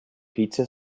pizza